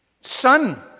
Son